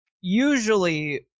Usually